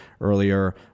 earlier